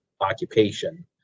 occupation